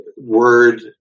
word